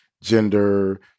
gender